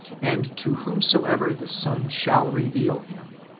and to whomsoever the son shall reveal him.